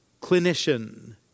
clinician